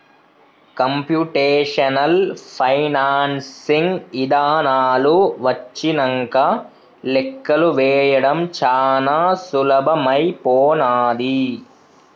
computational financing ఇదానాలు వచ్చినంక లెక్కలు వేయడం చానా సులభమైపోనాది